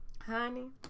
honey